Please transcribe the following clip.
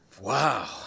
wow